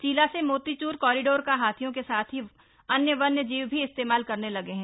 चीला से मोतीचूर कॉरिडोर का हाथियों के साथ ही अन्य वन्य जीव भी इस्तेमाल करने लगे हैं